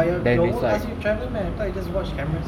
but your your work ask you to travel meh I thought you just watch cameras